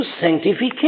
sanctification